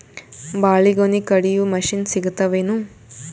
ಬಾಳಿಗೊನಿ ಕಡಿಯು ಮಷಿನ್ ಸಿಗತವೇನು?